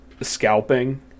scalping